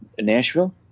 Nashville